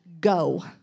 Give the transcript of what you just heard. go